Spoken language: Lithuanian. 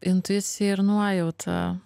intuicija ir nuojauta